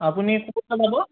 আপুনি ক'ৰপৰা যাব